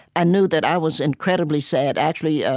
i knew that i was incredibly sad. actually, ah